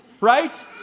right